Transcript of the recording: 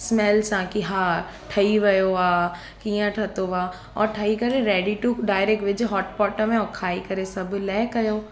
smell सां की हा ठही वियो आहे कीअं ठहियो आहे और ठही करे रेडी टू डायरेक्ट विझु हॉट पॉट में ऐं खाई करे सभु लइ कयो